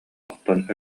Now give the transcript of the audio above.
охтон